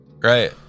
Right